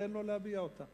תן לו להביע אותה.